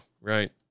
right